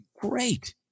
great